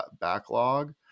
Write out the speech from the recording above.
backlog